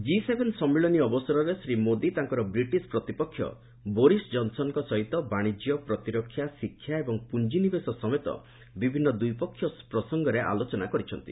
G seven ସମ୍ମିଳନୀ ଅବସରରେ ଶ୍ରୀ ମୋଦୀ ତାଙ୍କର ବ୍ରିଟିଶ୍ ପ୍ରତିପକ୍ଷ ବୋରିସ୍ କନ୍ସନ୍ଙ୍କ ସହିତ ବାଶିଜ୍ୟ ପ୍ରତିରକ୍ଷା ଶିକ୍ଷା ଏବଂ ପୁଞ୍ଜିନିବେଶ ସମେତ ବିଭିନ୍ନ ଦ୍ୱିପାକ୍ଷିକ ପ୍ରସଙ୍ଗରେ ଆଲୋଚନା କରିଛନ୍ତି